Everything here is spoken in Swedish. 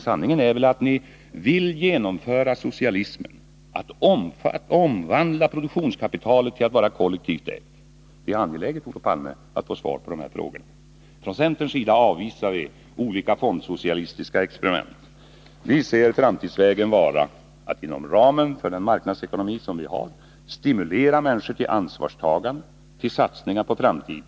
Sanningen är väl att ni vill genomföra socialismen — att omvandla produktionskapitalet till att vara kollektivt ägt. Det är angeläget, Olof Palme, att vi får svar på dessa frågor. Från centerns sida avvisar vi olika fondsocialistiska experiment. Vi ser framtidsvägen vara att — inom ramen för den marknadsekonomi som vi har — stimulera människor till ansvarstagande och till satsningar på framtiden.